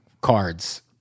cards